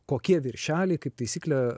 kokie viršeliai kaip taisyklė